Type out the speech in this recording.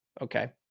Okay